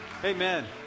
Amen